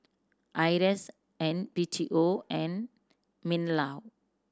IRAS and B T O and MinLaw